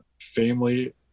family